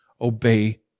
obey